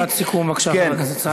משפט סיכום, בבקשה, חבר הכנסת סעדי.